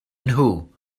nhw